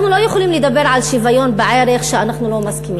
אנחנו לא יכולים לדבר על שוויון בערך שאנחנו לא מסכימים לו.